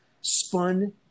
spun